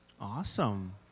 Awesome